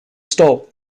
stop